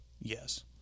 Yes